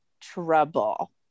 trouble